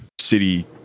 City